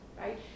right